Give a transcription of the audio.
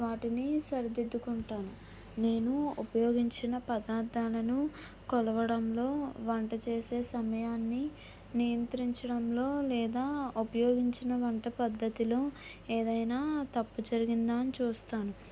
వాటిని సరిదిద్దుకుంటాను నేను ఉపయోగించిన పదార్థాలను కొలవడంలో వంట చేసే సమయాన్ని నియంత్రించడంలో లేదా ఉపయోగించిన వంట పద్ధతిలో ఏదైనా తప్పు జరిగిందా అని చూస్తాను